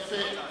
יפה.